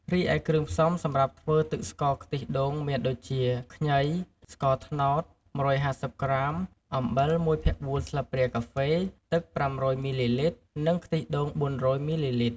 រីឯគ្រឿងផ្សំំសម្រាប់ធ្វើទឹកស្ករខ្ទិះដូងមានដូចជា ខ្ញី ស្ករត្នោត ១៥០ក្រាម អំបិល ១ភាគ៤ ស្លាបព្រាកាហ្វេ ទឹក ៥០០ មីលីលីត្រ និងខ្ទិះដូង ៤០០ មីលីលីត្រ។